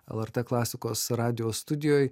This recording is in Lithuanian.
lrt klasikos radijo studijoj